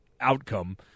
outcome